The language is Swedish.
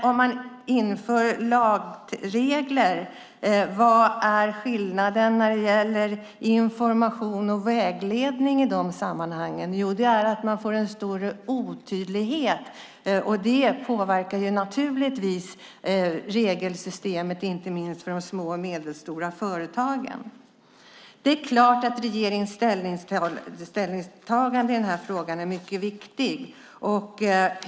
Om man inför lagregler, vad är skillnaden när det gäller information och vägledning i de sammanhangen? Jo, det är att det blir en stor otydlighet, och det påverkar naturligtvis regelsystemet, inte minst för de små och medelstora företagen. Det är klart att regeringens ställningstagande i den här frågan är mycket viktigt.